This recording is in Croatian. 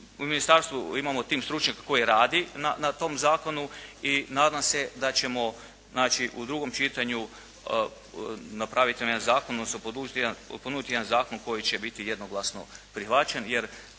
U Ministarstvu imam tim stručnjaka koji radi na tom zakonu i nadam se da ćemo u drugom čitanju napraviti jedan zakon odnosno ponuditi jedan zakon koji će biti jednoglasno prihvaćen